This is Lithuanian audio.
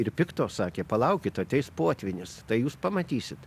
ir pikto sakė palaukit ateis potvynis tai jūs pamatysit